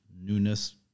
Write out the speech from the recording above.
newness